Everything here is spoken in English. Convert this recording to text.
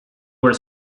were